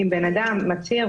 אם בן אדם מצהיר,